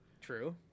true